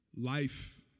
Life